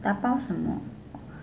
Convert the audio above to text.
tapao 什么